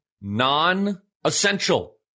non-essential